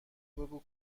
بگو